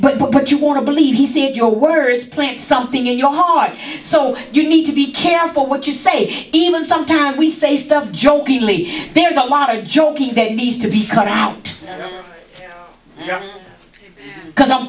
but you want to believe he said your words plant something in your heart so you need to be careful what you say even sometimes we say stuff jokingly there's a lot of joking that needs to be cut out there because i'm